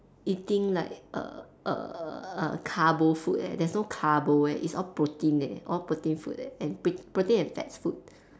eating like err err err err carbo food eh there's no carbo eh it's all protein eh all protein food eh and pr~ protein and fats food